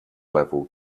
level